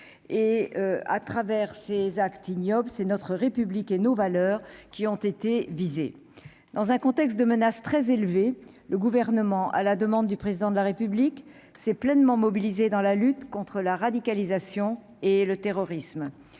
et à travers ces actes ignobles, c'est notre République et nos valeurs qui ont été visés dans un contexte de menace très élevée, le gouvernement à la demande du président de la République s'est pleinement mobilisé dans la lutte contre la radicalisation et le terrorisme,